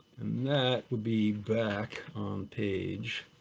and that would be back on page,